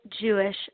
Jewish